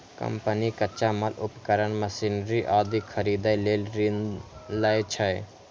company कच्चा माल, उपकरण, मशीनरी आदि खरीदै लेल ऋण लै छै